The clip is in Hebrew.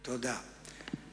תודה.